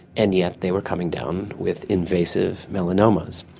and yet they were coming down with invasive melanomas.